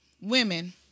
Women